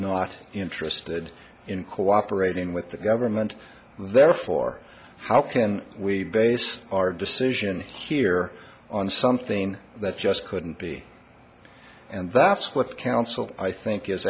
not interested in cooperating with the government therefore how can we base our decision here on something that just couldn't be and that's what the council i think is